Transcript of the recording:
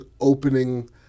opening